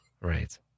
Right